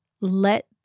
let